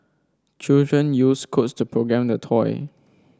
children used codes to program the toy